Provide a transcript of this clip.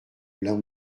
blanc